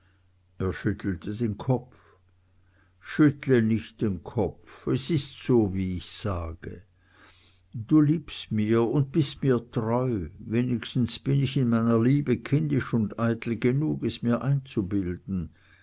er schüttelte den kopf schüttle nicht den kopf es ist so wie ich sage du liebst mich und bist mir treu wenigstens bin ich in meiner liebe kindisch und eitel genug es mir einzubilden